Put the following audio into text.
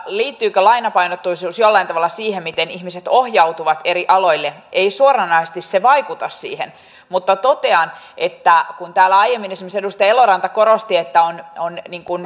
liittyykö lainapainotteisuus jollain tavalla siihen miten ihmiset ohjautuvat eri aloille ei se suoranaisesti vaikuta siihen mutta totean että kun täällä aiemmin esimerkiksi edustaja eloranta korosti että on on